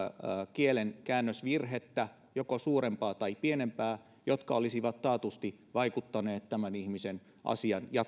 kielenkäännösvirhettä joko suurempaa tai pienempää jotka olisivat taatusti vaikuttaneet tämän ihmisen asian